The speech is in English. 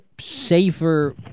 safer